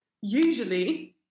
usually